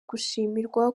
gushimirwa